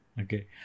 Okay